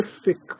specific